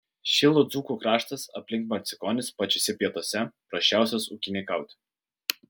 šilų dzūkų kraštas aplink marcinkonis pačiuose pietuose prasčiausias ūkininkauti